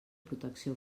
protecció